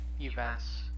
events